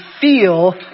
feel